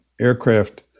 aircraft